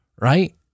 right